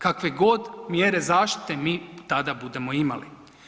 Kakve god mjere zaštite mi tada budemo imali.